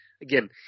again